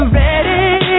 ready